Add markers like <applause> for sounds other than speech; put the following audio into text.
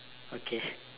okay <breath>